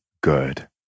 good